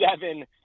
seven